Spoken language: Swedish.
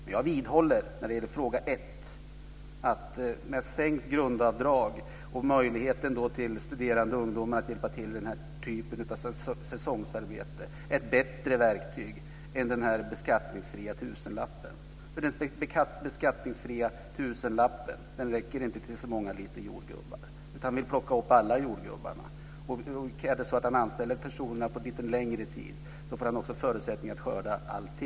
När det gäller den första frågan vidhåller jag att sänkt grundavdrag och möjligheten för studerande ungdomar att hjälpa till i den här typen av säsongsarbete är ett bättre verktyg än den här beskattningsfria tusenlappen. Den beskattningsfria tusenlappen räcker inte till så många liter jordgubbar. Vi vill plocka alla jordgubbarna. Om man anställer personerna på lite längre tid får man också förutsättningar att skörda allt.